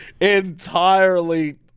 entirely